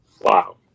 Wow